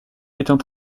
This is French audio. étant